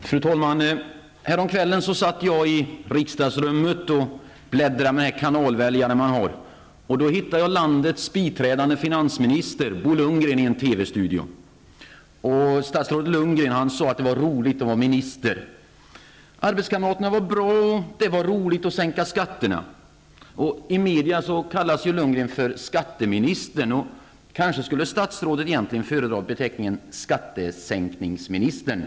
Fru talman! Häromkvällen satt jag i riksdagsrummet och bläddrade med kanalväljaren. Då hittade jag landets biträdande finansminister Bo Lundgren i en TV-studio. Statsrådet Lundgren sade att det var roligt att vara minister. Arbetskamraterna var bra, och det var roligt att sänka skatterna. I media kallas Lundgren för skatteministern. Kanske skulle statsrådet egentligen föredra beteckningen ''skattesänkningsministern''.